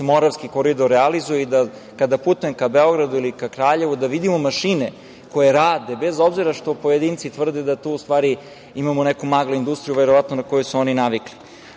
Moravski koridor realizuje i da, kada putujem ka Beogradu ili ka Kraljevu, da vidimo mašine koje rade, bez obzira što pojedinci tvrde da tu u stvari imamo neku magla industriju, verovatno na koju su oni navikli. Pored